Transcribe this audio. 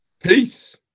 Peace